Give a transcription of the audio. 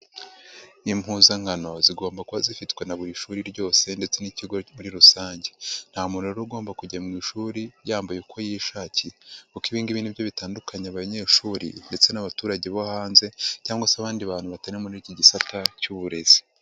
Impuzankano zigomba kuba zifitwe na buri shuri ryose ndetse n'ikigo muri rusange. Nta mu muntu rero ugomba kujya mu ishuri yambaye uko yishakiye kuko ibingibi nibyo bitandukanya abanyeshuri ndetse n'abaturage bo hanze cyangwa se abandi bantu bateri muri iki gisata cy'uburezi.